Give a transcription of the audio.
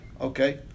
Okay